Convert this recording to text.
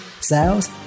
sales